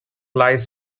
lies